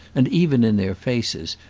and even in their faces,